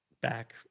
back